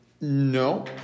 No